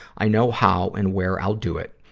i know how and where i'll do it.